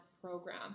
Program